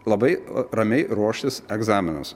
labai ramiai ruoštis egzaminams